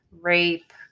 rape